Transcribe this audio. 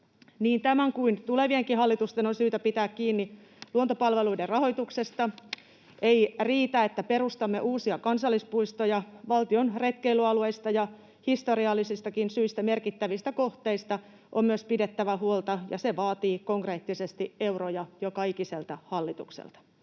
tämän kuin tulevienkin hallitusten on syytä pitää kiinni luontopalveluiden rahoituksesta. Ei riitä, että perustamme uusia kansallispuistoja, valtion retkeilyalueista ja historiallisistakin syistä merkittävistä kohteista on myös pidettävä huolta, ja se vaatii konkreettisesti euroja joka ikiseltä hallitukselta.